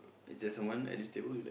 is there someone at this table